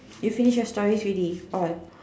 you finish your stories already all